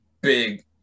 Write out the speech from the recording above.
big